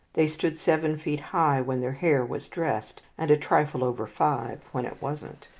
they stood seven feet high when their hair was dressed, and a trifle over five when it wasn't.